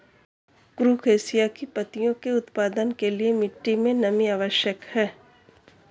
कुरुख एशिया की पत्तियों के उत्पादन के लिए मिट्टी मे नमी आवश्यक है